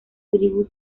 tribus